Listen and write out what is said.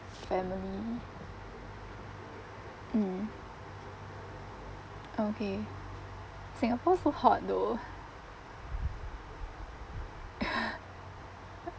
family mm okay singapore so hot though